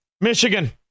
Michigan